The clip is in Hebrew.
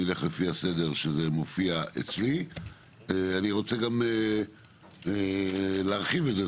אני רוצה גם להרחיב את זה,